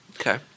Okay